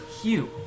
Hugh